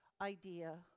idea